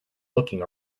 looking